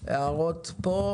ולהערות כאן,